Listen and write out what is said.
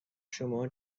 شما